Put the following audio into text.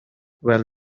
well